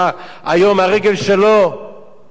היום הרגל שלו היא,